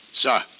Sir